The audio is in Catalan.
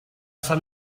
sant